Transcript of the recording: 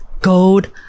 gold